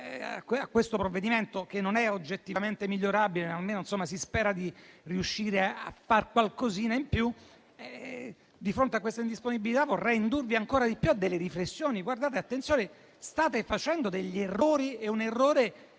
a questo provvedimento, che non è oggettivamente migliorabile, ma su cui almeno si spera di riuscire a fare qualcosina in più. Di fronte a questa indisponibilità, vorrei indurvi ancora di più ad alcune riflessioni: attenzione, colleghi, state facendo degli errori che